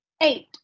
Eight